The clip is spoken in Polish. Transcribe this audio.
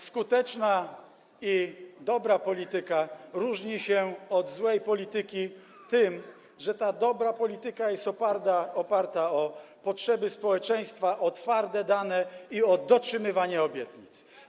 Skuteczna i dobra polityka różni się od złej polityki tym, że ta dobra polityka jest oparta na potrzebach społeczeństwa, na twardych danych i dotrzymywaniu obietnic.